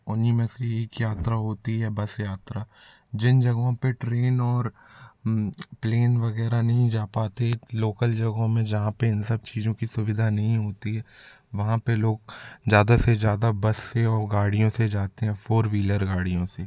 उन्हीं में से एक यात्रा होती है बस यात्रा जिन जगहों पर ट्रेन और प्लेन वगैरह नहीं जा पाते लोकल जगहों में जहाँ पे इस सब चीज़ों की सुविधा नहीं होती है वहाँ पे लोग ज़्यादा से ज़्यादा बस से और गाड़ियों से जाते हैं फोर व्हीलर गाड़ियों से